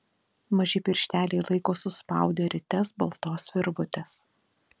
maži piršteliai laiko suspaudę rites baltos virvutės